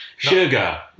Sugar